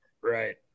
right